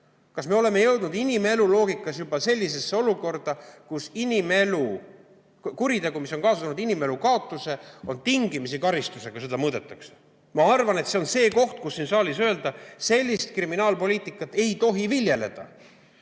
Kas me oleme jõudnud inimelu loogikas juba sellisesse olukorda, kus kuritegu, mis on kaasa toonud inimelu kaotuse, on tingimisi karistusega mõõdetav? Ma arvan, et see on see koht, kus siin saalis öelda: sellist kriminaalpoliitikat ei tohi viljeleda. Teine